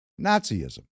Nazism